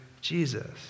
Jesus